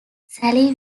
sally